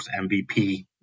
MVP